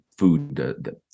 Food